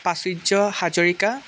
Prachurya Hazarika